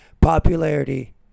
Popularity